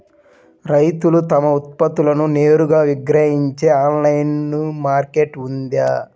రైతులు తమ ఉత్పత్తులను నేరుగా విక్రయించే ఆన్లైను మార్కెట్ ఉందా?